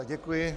Děkuji.